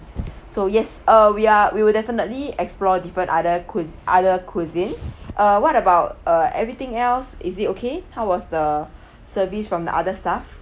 so yes uh we are we will definitely explore different other cui~ other cuisine uh what about uh everything else is it okay how was the service from the other stuff